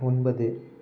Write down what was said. ஒன்பது